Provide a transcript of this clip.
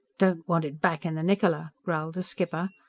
don't want it back in the niccola, growled the skipper,